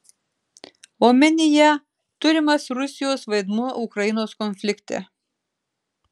omenyje turimas rusijos vaidmuo ukrainos konflikte